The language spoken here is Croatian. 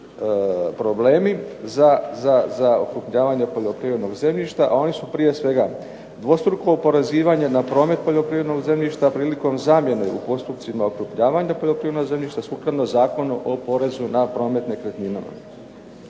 problemi za okrupnjavanje poljoprivrednog zemljišta, a oni su prije svega dvostruko oporezivanje na promet poljoprivrednog zemljišta priliko zamjene u postupcima okrupnjavanja poljoprivrednog zemljišta sukladno Zakonu o porezu na promet nekretninama.